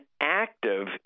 active